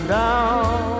down